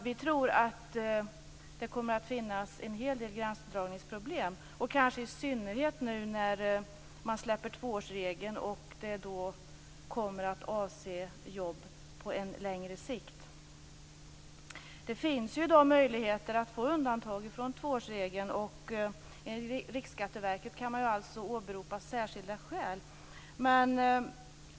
Vi tror att det kommer att uppstå en hel del gränsdragningsproblem, kanske i synnerhet nu när man släpper tvåårsregeln och det då är fråga om jobb på längre sikt. Det finns i dag möjligheter att få undantag från tvåårsregeln. Enligt Riksskatteverket kan man åberopa särskilda skäl.